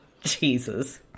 Jesus